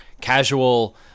casual